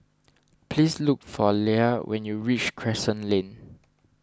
please look for Leia when you reach Crescent Lane